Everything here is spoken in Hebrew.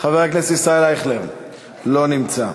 חבר הכנסת ישראל אייכלר, לא נמצא.